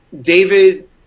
David